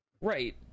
Right